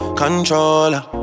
controller